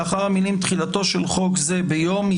לאחר המילים "תחילתו של חוק זה ביום"